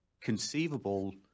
conceivable